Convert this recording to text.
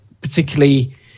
particularly